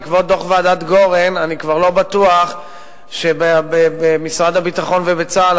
בעקבות דוח ועדת-גורן אני כבר לא בטוח שבמשרד הביטחון ובצה"ל